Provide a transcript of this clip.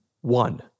One